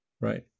right